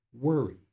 worry